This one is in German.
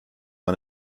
man